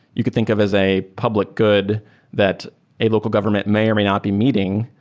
you could think of as a public good that a local government may or may not be meeting.